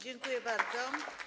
Dziękuję bardzo.